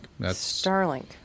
Starlink